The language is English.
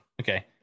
okay